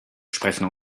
sprechen